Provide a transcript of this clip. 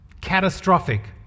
Catastrophic